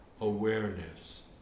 awareness